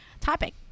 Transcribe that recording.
topic